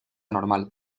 normal